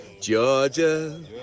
Georgia